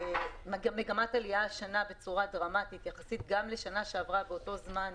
השנה יש מגמת עלייה דרמטית גם יחסית לשנה שעברה באותו זמן.